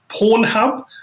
Pornhub